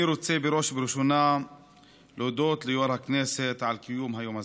אני רוצה בראש ובראשונה להודות ליו"ר הכנסת על קיום היום הזה.